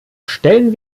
stellen